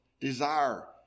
desire